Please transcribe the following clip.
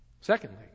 Secondly